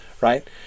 right